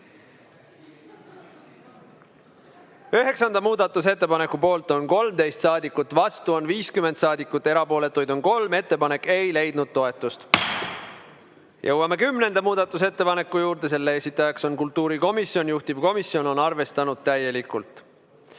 muudatusettepaneku poolt on 13 saadikut, vastu on 50 saadikut, erapooletuid on 3. Ettepanek ei leidnud toetust. Jõuame kümnenda muudatusettepaneku juurde. Selle esitajaks on kultuurikomisjon ja juhtivkomisjon on arvestanud täielikult.